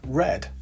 red